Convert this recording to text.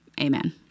amen